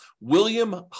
William